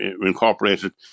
incorporated